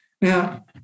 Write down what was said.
Now